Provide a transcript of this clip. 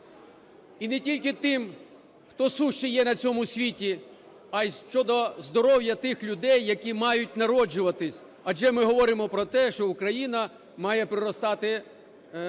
і не тільки тим, хто сущий є на цьому світу, а й щодо здоров'я тих людей, які мають народжуватись. Адже ми говоримо про те, що Україна має проростати людьми, щоб